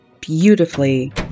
beautifully